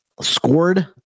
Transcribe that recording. scored